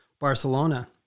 Barcelona